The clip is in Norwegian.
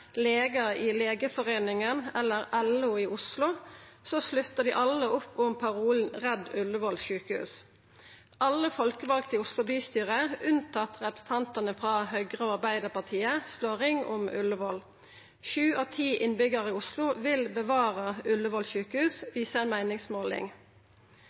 i Sykepleierforbundet, legar i Legeforeningen eller LO i Oslo, sluttar alle opp om parolen «Redd Ullevål Sykehus». Alle folkevalde i Oslo bystyre, unntatt representantane frå Høgre og Arbeidarpartiet, slår ring om Ullevål. Sju av ti innbyggjarar i Oslo vil bevara Ullevål sjukehus,